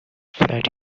flat